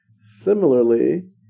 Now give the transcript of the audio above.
Similarly